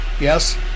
Yes